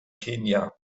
kenia